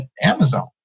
Amazon